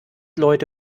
leute